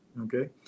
Okay